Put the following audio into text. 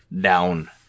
down